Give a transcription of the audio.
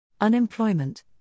Unemployment